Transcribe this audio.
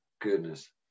goodness